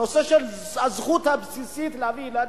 הנושא של הזכות הבסיסית להביא ילדים,